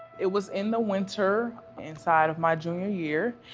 it was in the winter inside of my junior year,